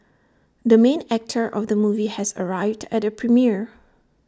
the main actor of the movie has arrived at the premiere